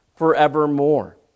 forevermore